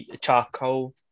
charcoal